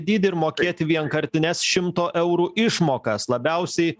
dydį ir mokėti vienkartines šimto eurų išmokas labiausiai